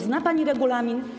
Zna pani regulamin?